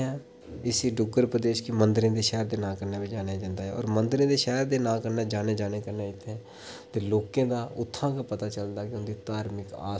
तां इसी डुग्गर प्रदेश गी मंदरें दे शैह्र नां कन्नै बी जानेआ जंदा ऐ होर मंदरें दे शैह्र नां कन्नै जानने कन्नै इत्थें ते लोकें दा उत्थां गै पता चलदा की उंदी धार्मिक आस्था